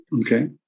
okay